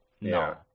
no